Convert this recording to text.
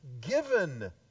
given